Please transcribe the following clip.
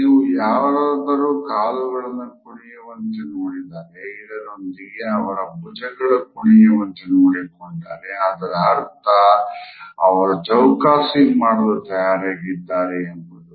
ನೀವು ಯಾರಾದರೂ ಕಾಲುಗಳು ಕುಣಿಯುವಂತೆ ನೋಡಿದರೆ ಇದರೊಂದಿಗೆ ಅವರ ಭುಜಗಳು ಕುಣಿಯುವಂತೆ ನೋಡಿಕೊಂಡರೆ ಅದರ ಅರ್ಥ ಅವರು ಚಔಕಸಿ ಮಾಡಲು ತಯಾರಾಗಿದ್ದಾರೆ ಎಂಬುದು